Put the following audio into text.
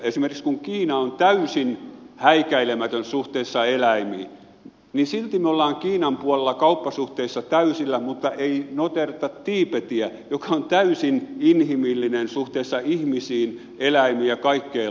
esimerkiksi kun kiina on täysin häikäilemätön suhteessa eläimiin niin silti me olemme kiinan puolella kauppasuhteissa täysillä mutta ei noteerata tiibetiä joka on täysin inhimillinen suhteessa ihmisiin eläimiin ja kaikkeen luontoon